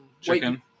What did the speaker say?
chicken